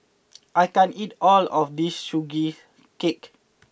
I can't eat all of this Sugee Cake